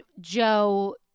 Joe